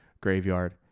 graveyard